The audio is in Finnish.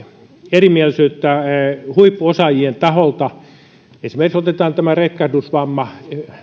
erimielisyyttä huippuosaajien taholta otetaan esimerkiksi tämä retkahdusvamma